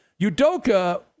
Udoka